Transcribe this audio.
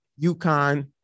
UConn